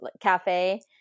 cafe